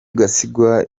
gasigwa